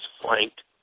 flanked